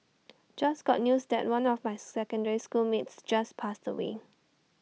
just got news that one of my secondary school mates just passed away